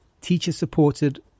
teacher-supported